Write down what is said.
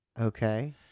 Okay